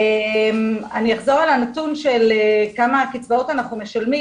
אני אחזור על הנתון של כמה קיצבאות אנחנו משלמים.